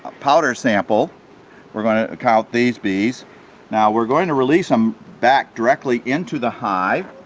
ah powder sample we're going to count these bees now we're going to release them back directly into the hive